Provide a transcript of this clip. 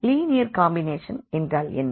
linear combination என்றால் என்ன